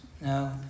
No